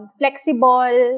flexible